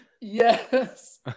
yes